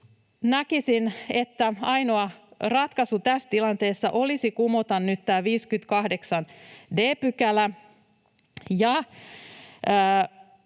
näkisin, että ainoa ratkaisu tässä tilanteessa olisi kumota nyt tämä 58